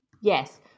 Yes